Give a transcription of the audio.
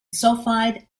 sulfide